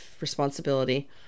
responsibility